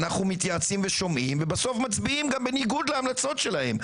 אנחנו מתייעצים ושומעים ובסוף מצביעים גם בניגוד להמלצות שלהם.